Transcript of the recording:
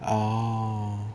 oh